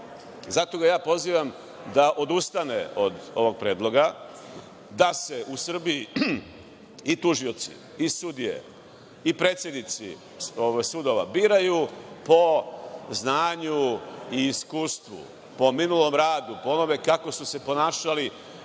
ima. Zato ga ja pozivam da odustane od ovog predloga, da se u Srbiji i tužioci i sudije i predsednici sudova biraju po znanju i iskustvu, po minulom radu, po onome kako su se ponašali